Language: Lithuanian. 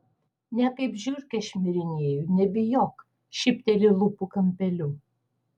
ne kaip žiurkė šmirinėju nebijok šypteli lūpų kampeliu